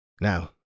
Now